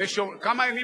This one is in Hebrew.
כל פעם למלחמה,